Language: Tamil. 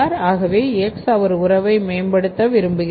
ஆகவே X இவர் உறவை மேம்படுத்த விரும்புகிறது